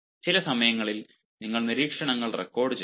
ചില സമയങ്ങളിൽ നിങ്ങൾ നിരീക്ഷണങ്ങൾ റെക്കോർഡുചെയ്യാം